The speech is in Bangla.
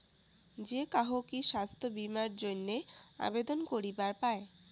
যে কাহো কি স্বাস্থ্য বীমা এর জইন্যে আবেদন করিবার পায়?